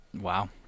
Wow